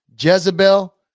Jezebel